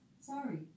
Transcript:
Sorry